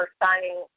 signing